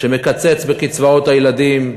שמקצץ בקצבאות הילדים,